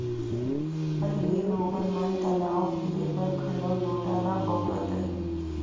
पहिली लोगन मन तलाव फिरे बर घलौ लोटा ल बउरत रहिन